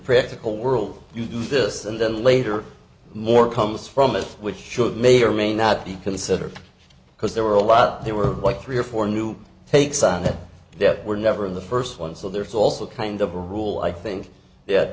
practical world you do this and then later more comes from it which should may or may not be considered because there were a lot there were like three or four new takes on that there were never in the first one so there's also kind of a rule i think